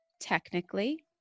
Technically